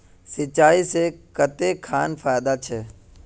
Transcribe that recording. सिंचाई से कते खान फायदा छै?